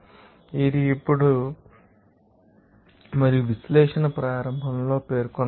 ఇది అప్పుడు మరియు విశ్లేషణ ప్రారంభంలో పేర్కొనబడింది